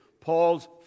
Paul's